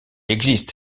existe